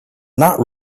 not